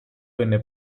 venne